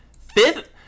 Fifth